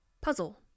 Puzzle